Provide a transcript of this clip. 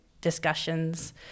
discussions